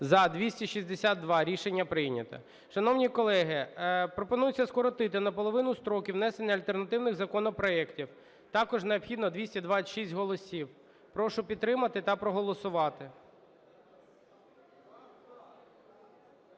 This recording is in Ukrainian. За-262 Рішення прийнято. Шановні колеги, пропонується скоротити наполовину строки внесення альтернативних законопроектів. Також необхідно 226 голосів. Прошу підтримати та проголосувати.